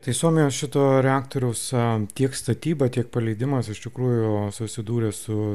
tai suomijos šito reaktoriaus tiek statyba tiek paleidimas iš tikrųjų susidūrė su